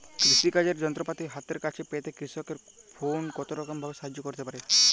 কৃষিকাজের যন্ত্রপাতি হাতের কাছে পেতে কৃষকের ফোন কত রকম ভাবে সাহায্য করতে পারে?